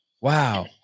Wow